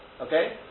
Okay